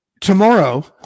tomorrow